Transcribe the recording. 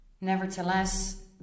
Nevertheless